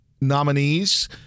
nominees